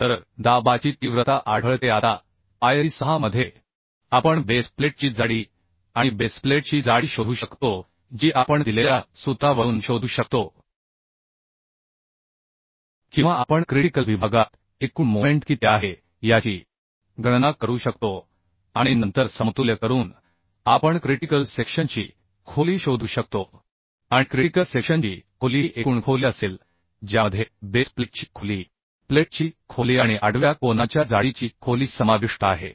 तर दबावाची तीव्रता आढळते आता पायरी 6 मध्ये आपण बेस प्लेटची जाडी आणि बेस प्लेटची जाडी शोधू शकतो जी आपण दिलेल्या सूत्रावरून शोधू शकतो किंवा आपण क्रिटिकल विभागात एकूण मोमेंट किती आहे याची गणना करू शकतो आणि नंतर समतुल्य करून आपण क्रिटिकल सेक्शनची खोली शोधू शकतो आणि क्रिटिकल सेक्शनची खोली ही एकूण खोली असेल ज्यामध्ये बेस प्लेटची खोली आणि आडव्या कोनाच्या जाडीची खोली समाविष्ट आहे